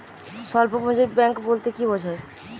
স্বল্প পুঁজির ব্যাঙ্ক বলতে কি বোঝায়?